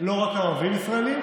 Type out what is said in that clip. רק ערבים ישראלים?